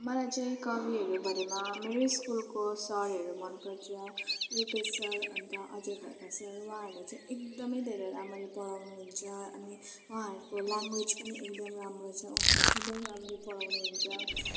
मलाई चाहिँ कविहरूभरिमा मेरै स्कुलको सरहरू मनपर्छ रुपेस सर अन्त अजय खड्का सर उहाँहरूले चाहिँ एकदमै धेरै राम्ररी पढाउनुहुन्छ अनि उहाँहरूको लाङ्ग्वेज पनि एकदमै राम्रो छ उहाँहरूले एकदम राम्ररी पढाउनुहुन्छ